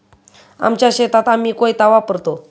आमच्या शेतात आम्ही कोयता वापरतो